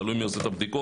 תלוי מי עושה את הבדיקות,